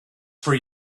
for